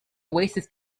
oasis